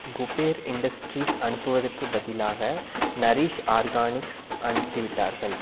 Kuber industries அனுப்புவதற்குப் பதிலாக nourish organics அனுப்பிவிட்டார்கள்